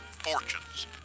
fortunes